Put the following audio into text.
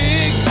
Big